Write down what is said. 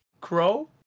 crow